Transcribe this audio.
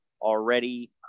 already